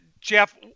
Jeff